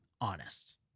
honest